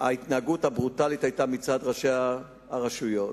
ההתנהגות הברוטלית היתה מצד ראשי הרשויות,